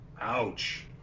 ouch